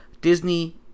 Disney